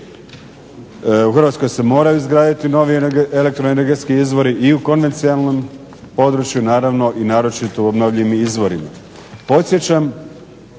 u Hrvatskoj se moraju izgraditi novi elektroenergetski izvori i u konvencionalnom području naravno i naročito u obnovljivim izvorima. Podsjećam